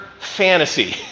Fantasy